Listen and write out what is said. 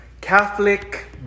Catholic